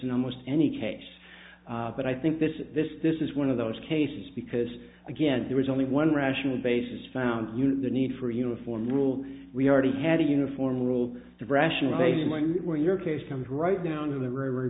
in almost any case but i think this is this this is one of those cases because again there is only one rational basis found the need for a uniform rule we already had a uniform rule the rationalization one where your case comes right down to the river